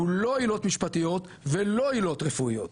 שהוא לא עילות משפטיות, ולא עילות רפואיות,